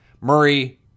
Murray